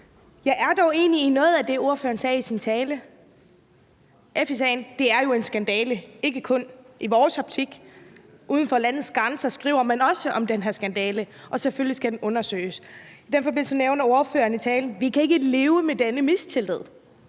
Jeg er dog enig i noget af det, som ordføreren sagde i sin tale. FE-sagen er jo ikke kun i vores optik en skandale, men uden for landets grænser skriver man også om den her skandale, og selvfølgelig skal den undersøges. I den forbindelse nævner ordføreren i talen, at vi ikke kan leve med denne mistillid,